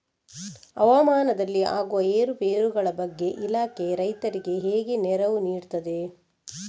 ಹವಾಮಾನದಲ್ಲಿ ಆಗುವ ಏರುಪೇರುಗಳ ಬಗ್ಗೆ ಇಲಾಖೆ ರೈತರಿಗೆ ಹೇಗೆ ನೆರವು ನೀಡ್ತದೆ?